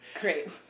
Great